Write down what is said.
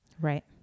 Right